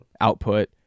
output